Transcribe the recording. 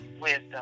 wisdom